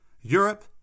Europe